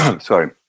Sorry